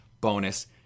bonus